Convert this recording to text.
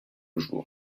jour